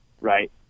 right